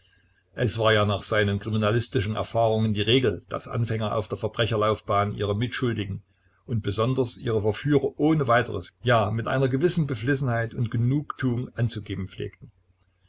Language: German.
es war ja nach seinen kriminalistischen erfahrungen die regel daß anfänger auf der verbrecherlaufbahn ihre mitschuldigen und besonders ihre verführer ohne weiteres ja mit einer gewissen beflissenheit und genugtuung anzugeben pflegten